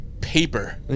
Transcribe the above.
paper